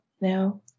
now